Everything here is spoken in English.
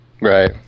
Right